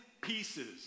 pieces